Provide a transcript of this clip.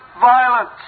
violence